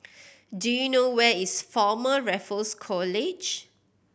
do you know where is Former Raffles College